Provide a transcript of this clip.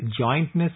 jointness